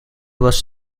was